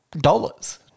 dollars